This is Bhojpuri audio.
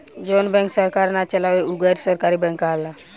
जवन बैंक सरकार ना चलावे उ गैर सरकारी बैंक कहाला